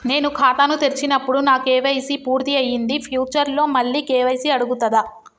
నేను ఖాతాను తెరిచినప్పుడు నా కే.వై.సీ పూర్తి అయ్యింది ఫ్యూచర్ లో మళ్ళీ కే.వై.సీ అడుగుతదా?